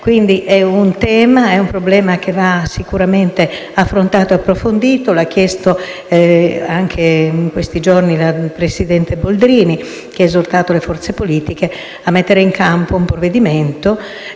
via. Si tratta di un problema che va sicuramente affrontato e approfondito, come ha chiesto in questi giorni la presidente Boldrini, che ha esortato le forze politiche a mettere in campo un provvedimento